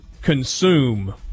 consume